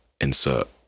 insert